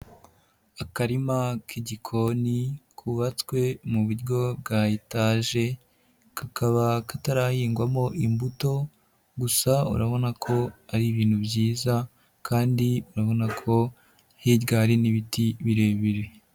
Akarima k'igikoni kubabatswe mu buryo bwa etaje, kakaba katarahingwamo imbuto, gusa urabona ko ari ibintu byiza kandi urabona ko hirya hari n'ibiti birebire.